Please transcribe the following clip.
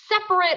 separate